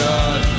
God